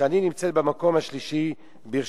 שאני נמצאת במקום השלישי ברשימתה.